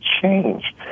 change